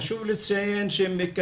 חשוב לציין שהן היום